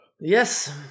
Yes